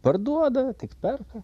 parduoda tik perka